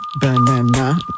Banana